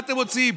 מה אתם רוצים?